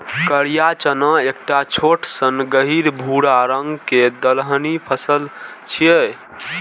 करिया चना एकटा छोट सन गहींर भूरा रंग के दलहनी फसल छियै